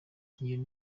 iyo